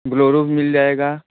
Bolero भी मिल जाएगा